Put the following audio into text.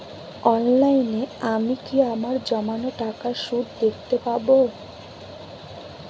অনলাইনে আমি কি আমার জমানো টাকার সুদ দেখতে পবো?